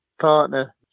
partner